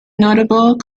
notable